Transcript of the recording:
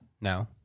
no